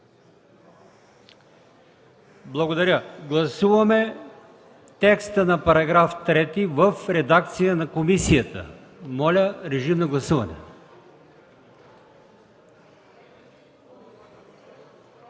е прието. Гласуваме текста на § 3 в редакция на комисията. Моля, режим на гласуване.